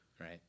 Right